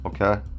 Okay